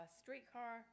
streetcar